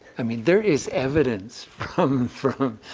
i mean, there is evidence from from